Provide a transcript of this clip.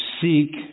seek